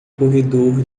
corredor